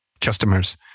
customers